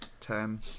Ten